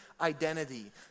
identity